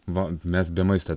va mes be maisto